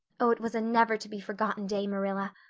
oh, it was a never-to-be-forgotten day, marilla.